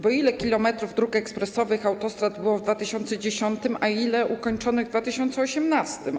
Bo ile kilometrów dróg ekspresowych, autostrad było w 2010 r., a ile było ukończonych w 2018?